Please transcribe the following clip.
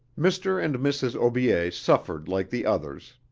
mr. and mrs. aubier suffered like the others,